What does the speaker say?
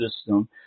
system